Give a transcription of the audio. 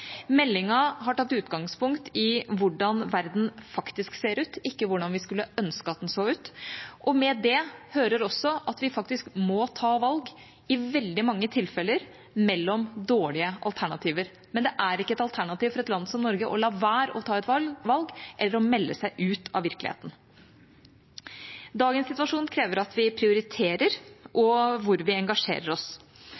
Meldinga har tatt utgangspunkt i hvordan verden faktisk ser ut – ikke hvordan vi skulle ønske at den så ut. Med det hører også at vi faktisk må ta valg, og i veldig mange tilfeller mellom dårlige alternativer. Men det er ikke et alternativ for et land som Norge å la være å ta et valg eller å melde seg ut av virkeligheten. Dagens situasjon krever at vi prioriterer